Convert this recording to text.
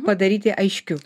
padaryti aiškiu